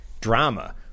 drama